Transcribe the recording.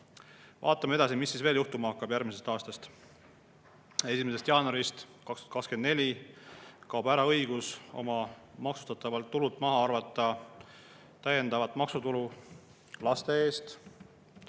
Vaatame edasi, mis siis veel juhtuma hakkab järgmisel aastal. 1. jaanuaril 2024 kaob ära õigus oma maksustatavast tulust maha arvata täiendav maksutulu laste eest,